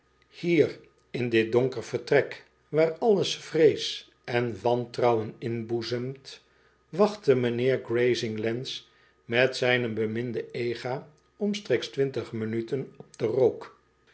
hier in dit donker vertrek waar alles vrees en wantrouwen inboezemt wachtte mijnheer grazinglandsmetzijne beminde ega omstreeks twintig minuten op den rook